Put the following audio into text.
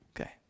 Okay